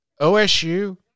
OSU